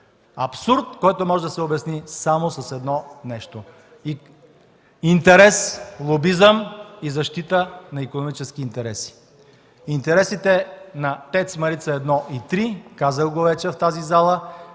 Абсурд, който може да се обясни само с едно нещо – интерес, лобизъм и защита на икономически интереси. Интересите на ТЕЦ „Марица 1” и ТЕЦ „Марица 3” – казах го вече в тази зала,